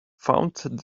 found